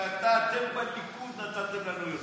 ואתה: ואתם בליכוד נתתם לנו יותר.